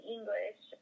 English